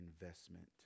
investment